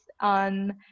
on